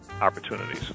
opportunities